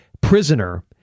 prisoner